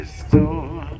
store